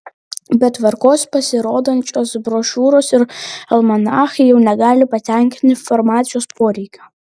be tvarkos pasirodančios brošiūros ir almanachai jau negali patenkinti informacijos poreikio